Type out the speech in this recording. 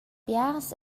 biars